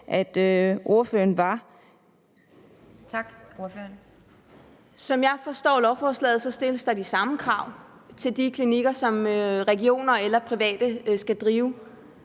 Tak. Ordføreren. Kl. 12:33 Stine Brix (EL): Som jeg forstår lovforslaget, stilles der de samme krav til de klinikker, som regioner eller private skal drive.